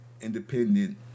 independent